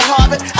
Harvard